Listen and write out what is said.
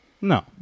No